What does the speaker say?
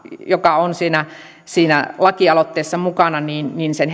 joka on siinä siinä lakialoitteessa mukana sen